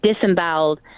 disemboweled